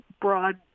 broad